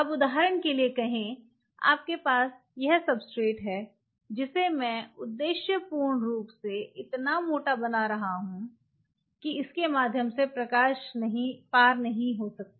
अब उदाहरण के लिए कहें आपके पास यह सब्सट्रेट है जिसे मैं उद्देश्यपूर्ण रूप से इतना मोटा बना रहा हूं कि इसके माध्यम से प्रकाश पर नहीं होता